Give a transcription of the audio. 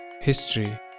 history